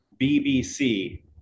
BBC